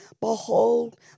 Behold